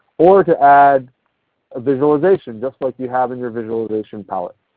or to add a visualization just like you have in your visualization palette.